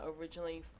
originally